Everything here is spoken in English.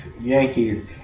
Yankees